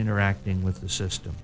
interacting with the system